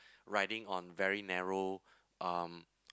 riding on very narrow um